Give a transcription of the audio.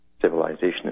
Civilization